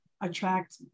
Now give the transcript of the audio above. attract